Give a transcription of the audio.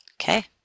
Okay